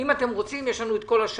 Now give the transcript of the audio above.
אם אתם רוצים, יש לנו את כל השנה.